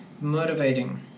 motivating